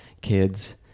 kids